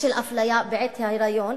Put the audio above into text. של אפליה בעת היריון,